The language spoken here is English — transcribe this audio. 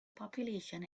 population